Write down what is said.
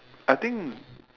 I think